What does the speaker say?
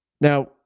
Now